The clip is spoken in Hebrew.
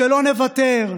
שלא נוותר,